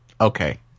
okay